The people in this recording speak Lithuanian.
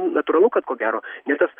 natūralu kad ko gero ne tas